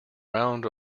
round